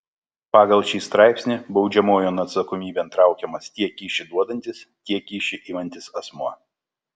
pagal šį straipsnį baudžiamojon atsakomybėn traukiamas tiek kyšį duodantis tiek kyšį imantis asmuo